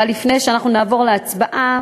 אבל לפני שאנחנו נעבור להצבעה